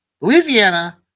Louisiana